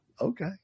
Okay